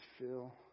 Phil